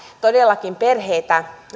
todellakin kannustaa perheitä